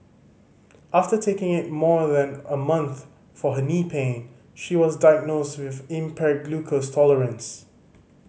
after taking it more than a month for her knee pain she was diagnosed with impaired glucose tolerance